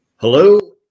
hello